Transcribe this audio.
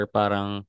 parang